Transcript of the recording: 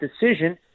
decision